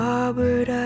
Robert